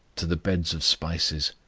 to the beds of spices,